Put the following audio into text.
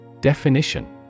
Definition